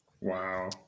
Wow